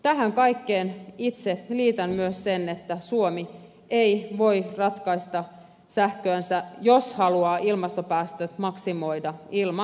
tähän kaikkeen itse liitän myös sen että suomi ei voi ratkaista sähköänsä jos haluaa maksimoida ilmastopäästöt ilman lisäydinvoimaa